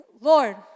Lord